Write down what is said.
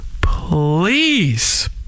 please